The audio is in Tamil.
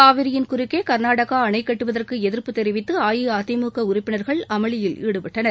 காவிரியின் குறுக்கே கர்நாடகா அணை கட்டுவதற்கு எதிர்ப்பு தெரிவித்து அஇஅதிமுக உறுப்பினர்கள் அமளியில் ஈடுபட்டனர்